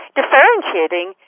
differentiating